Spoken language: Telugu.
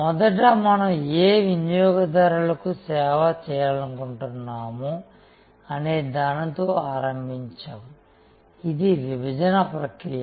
మొదట మనం ఏ వినియోగదారులకు సేవ చేయాలనుకుంటున్నాము అనే దానితో ఆరంభించాము ఇది విభజన ప్రక్రియ